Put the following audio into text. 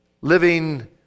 living